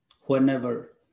whenever